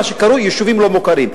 מה שקרוי יישובים לא-מוכרים.